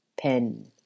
pen